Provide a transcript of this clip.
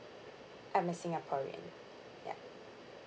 I'm a singaporean ya